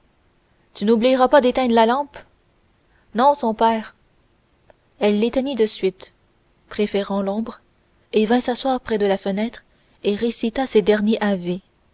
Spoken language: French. tu n'oublieras pas d'éteindre la lampe non son père elle l'éteignit de suite préférant l'ombre et revint s'asseoir près de la fenêtre et récita ses derniers ave